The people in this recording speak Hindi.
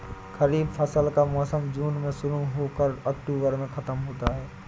खरीफ फसल का मौसम जून में शुरू हो कर अक्टूबर में ख़त्म होता है